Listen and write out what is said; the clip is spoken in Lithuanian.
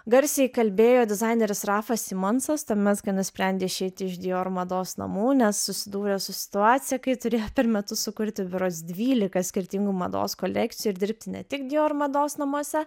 garsiai kalbėjo dizaineris rafas simonsas tuomet kai nusprendė išeiti iš dior mados namų nes susidūrė su situacija kai turėjo per metus sukurti berods dvylika skirtingų mados kolekcijų ir dirbti ne tik dior mados namuose